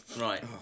Right